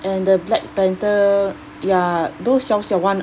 and the black panther ya those 小小 one